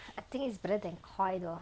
I think it's better than KOI though